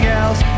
else